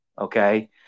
Okay